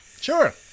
Sure